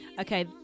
okay